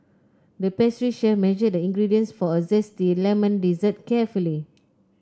the pastry chef measured the ingredients for a zesty lemon dessert carefully